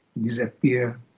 disappear